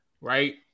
right